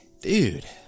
Dude